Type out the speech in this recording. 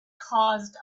caused